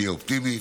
תהיה אופטימי.